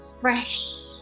fresh